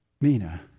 mina